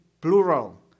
plural